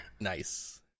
Nice